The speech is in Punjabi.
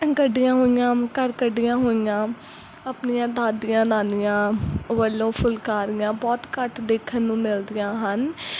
ਕੱਢੀਆਂ ਹੋਈਆਂ ਘਰ ਕੱਢੀਆਂ ਹੋਈਆਂ ਆਪਣੀਆਂ ਦਾਦੀਆਂ ਨਾਨੀਆਂ ਵੱਲੋਂ ਫੁਲਕਾਰੀਆਂ ਬਹੁਤ ਘੱਟ ਦੇਖਣ ਨੂੰ ਮਿਲਦੀਆਂ ਹਨ